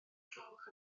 llwch